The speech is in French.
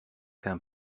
qu’un